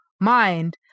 mind